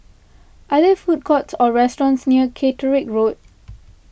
are there food courts or restaurants near Caterick Road